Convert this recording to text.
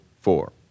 four